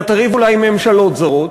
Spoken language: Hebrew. אתה תריב אולי עם ממשלות זרות,